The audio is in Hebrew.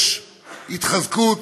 יש התחזקות